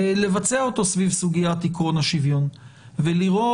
לבצע אותו סביב סוגית עקרון השוויון ולראות